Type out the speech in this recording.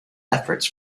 efforts